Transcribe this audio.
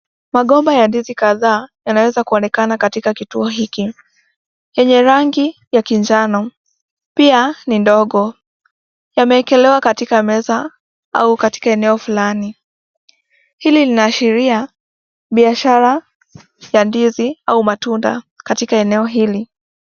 Magomba ya ndizi kadhaa yanaweza kuonekana katika kituo hiki. Yenye rangi ya kijano, pia ni ndogo. Yameekelewa katika meza au katika eneo fulani. Hili linaashiria, biashara ya ndizi au matunda katika eneo hili.